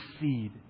seed